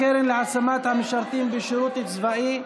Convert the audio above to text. הקרן להעצמת המשרתים בשירות צבאי),